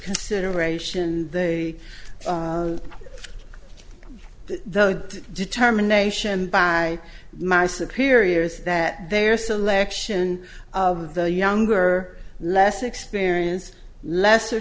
consideration they though the determination by my superiors that their selection of the younger less experienced lesser